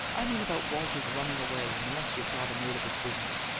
i mean about walter's running away and the mess your father made of his business.